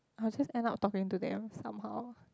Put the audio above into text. I'll just end up talking to them somehow